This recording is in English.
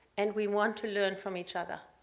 and we want to learn from each other.